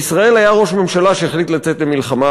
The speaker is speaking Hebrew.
בישראל היה ראש ממשלה שהחליט לצאת למלחמה